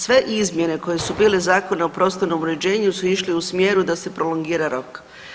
Sve izmjene koje su bile u Zakonu o prostornom uređenju su išle u smjeru da se prolongira rok.